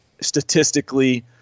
statistically